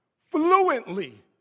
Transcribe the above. fluently